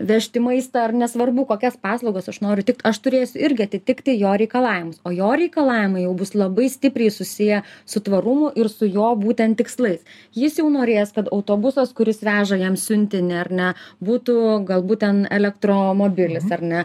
vežti maistą ar nesvarbu kokias paslaugas aš noriu tikt aš turėsiu irgi atitikti jo reikalavimus o jo reikalavimai jau bus labai stipriai susiję su tvarumu ir su jo būtent tikslais jis jau norės kad autobusas kuris veža jam siuntinį ar ne būtų galbūt ten elektromobilis ar ne